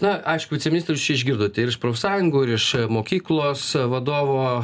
na aišku viceministre išgirdote ir iš profsąjungų ir iš mokyklos vadovo